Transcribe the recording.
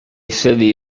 city